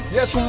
Yes